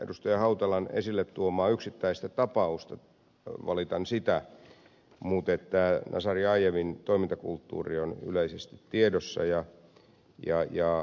hautalan esille tuomaa yksittäistä tapausta valitan sitä mutta nazarbajevin toimintakulttuuri on yleisesti tiedossa ja ajaa ja